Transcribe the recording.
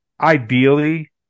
ideally